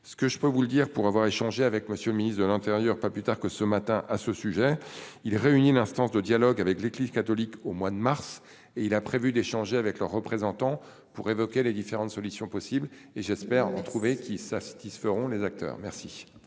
Ce que je peux vous le dire pour avoir échangé avec monsieur le ministre de l'Intérieur, pas plus tard que ce matin à ce sujet, il réunit l'instance de dialogue avec l'église catholique au mois de mars et il a prévu d'échanger avec leurs représentants pour évoquer les différentes solutions possibles et j'espère en trouver qui satisferont les acteurs merci.